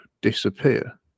disappear